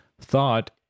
Thought